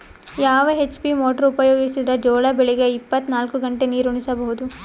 ಯಾವ HP motor ಉಪಯೋಗಿಸಿದರ ಜೋಳ ಬೆಳಿಗ ಇಪ್ಪತ ನಾಲ್ಕು ಗಂಟೆ ನೀರಿ ಉಣಿಸ ಬಹುದು?